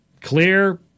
clear